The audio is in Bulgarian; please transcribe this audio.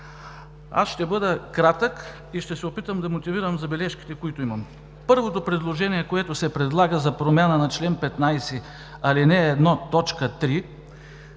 Ще бъда кратък и ще се опитам да мотивирам забележките, които имам. Първото, предложение, което се прави за промяна на чл. 15, ал. 1, т. 3,